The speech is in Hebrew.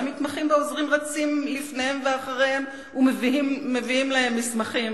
והמתמחים והעוזרים רצים לפניהם ואחריהם ומביאים להם מסמכים,